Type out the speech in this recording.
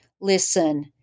Listen